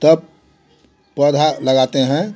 तब पौधा लगाते हैं